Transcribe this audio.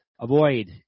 avoid